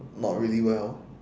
not really well